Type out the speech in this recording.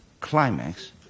climax